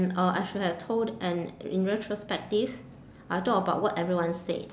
uh I should have told and in retrospective I'll talk about what everyone said